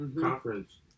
conference